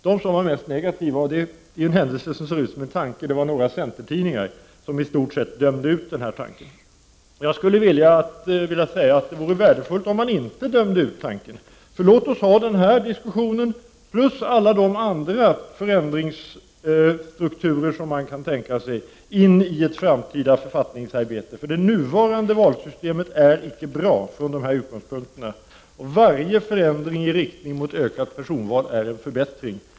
De som var mest negativa, och det är en händelse som ser ut som en tanke, var några centertidningar, som i stort sett dömde ut förslaget. Jag skulle vilja säga att det vore värdefullt om man inte dömde ut denna tanke. Låt oss ta med den här diskussionen plus alla de andra förändringsstrukturer som man kan tänka sig in i ett framtida författningsarbete. Det nuvarande valsystemet är ur de här utgångspunkterna icke bra. Varje förändring i riktning mot ökat personval är en förbättring.